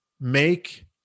make